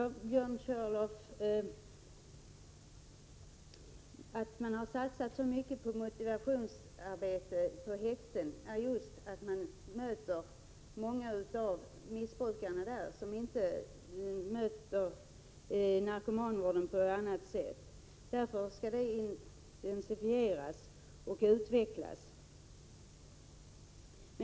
Björn Körlof! Att man har satsat så mycket på motivationsarbete på häkten beror på att många av missbrukarna inte möter narkomanvården på annat sätt. Därför skall detta arbete intensifieras och utvecklas.